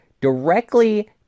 directly